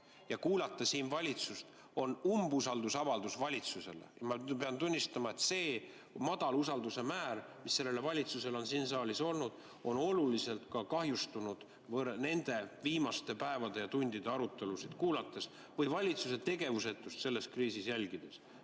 ja kuulata valitsust on umbusalduse avaldamine valitsusele? Ma pean tunnistama, et see madal usalduse määr, mis sellel valitsusel on siin saalis olnud, on oluliselt kahjustunud viimaste päevade ja tundide arutelusid kuulates või valitsuse tegevusetust selles kriisis jälgides.